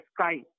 sky